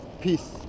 peace